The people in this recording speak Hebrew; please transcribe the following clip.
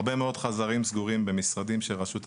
הרבה מאוד חדרים סגורים במשרדים של רשות המיסים.